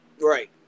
Right